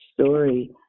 story